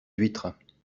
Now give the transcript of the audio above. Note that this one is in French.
huîtres